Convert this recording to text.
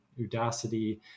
Udacity